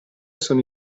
sono